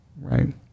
right